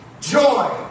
Joy